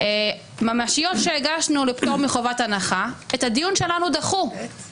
הממשלה (תיקון) (שר נוסף במשרד וכשירותם של השרים).